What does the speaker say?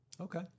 Okay